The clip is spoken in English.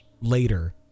later